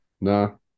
no